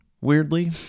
weirdly